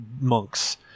monks